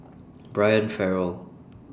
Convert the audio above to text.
Brian Farrell